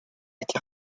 été